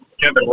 Kevin